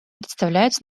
представляются